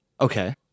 Okay